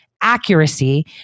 accuracy